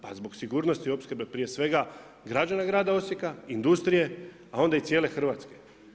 Pa zbog sigurnosti opskrbe prije svega građana grada Osijeka, industrije a onda i cijele Hrvatske.